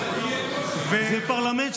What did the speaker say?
איזה פרלמנט זה?